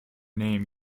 name